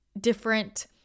different